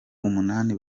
umunani